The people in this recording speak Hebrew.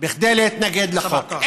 כדי להתנגד לחוק,